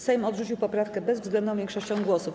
Sejm odrzucił poprawkę bezwzględną większością głosów.